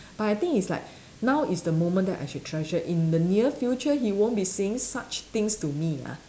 but I think it's like now is the moment that I should treasure in the near future he won't be saying such things to me ah